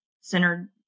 centered